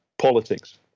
politics